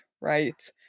right